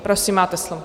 Prosím, máte slovo.